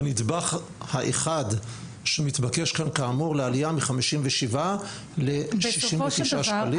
בנדבך האחד שמתבקש כאן - העלייה מ-57 ל-69 שקלים.